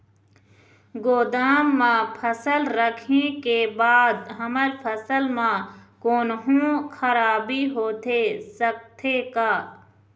गोदाम मा फसल रखें के बाद हमर फसल मा कोन्हों खराबी होथे सकथे का?